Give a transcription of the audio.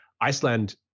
Iceland